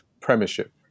Premiership